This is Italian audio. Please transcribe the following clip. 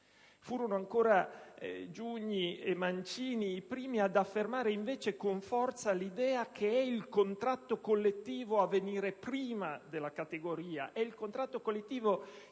Furono ancora Giugni e Mancini i primi ad affermare invece con forza l'idea che è il contratto collettivo a venire prima della categoria; è il contratto collettivo che